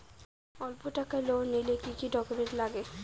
অল্প টাকার লোন নিলে কি কি ডকুমেন্ট লাগে?